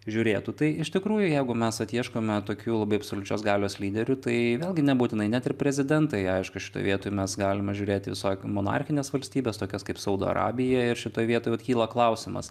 žiūrėtų tai iš tikrųjų jeigu mes vat ieškome tokių labai absoliučios galios lyderių tai vėlgi nebūtinai net ir prezidentai aišku šitoj vietoj mes galime įžiūrėti visokių monarchinės valstybės tokios kaip saudo arabija ir šitoj vietoj vat kyla klausimas